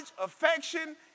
affection